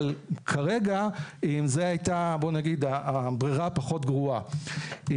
אבל כרגע זה הייתה הברירה הפחות גרועה.